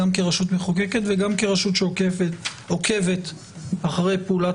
גם כרשות מחוקקת וגם כרשות שעוקבת אחרי פעולת